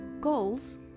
goals